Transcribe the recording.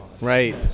Right